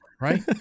right